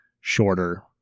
shorter